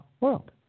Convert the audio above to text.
world